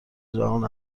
جهان